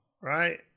right